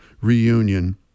reunion